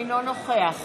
אינו נוכח